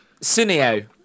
Sunio